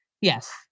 Yes